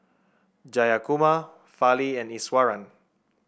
Jayakumar Fali and Iswaran